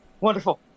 Wonderful